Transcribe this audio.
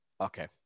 Okay